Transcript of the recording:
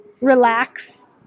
relax